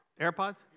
AirPods